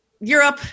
Europe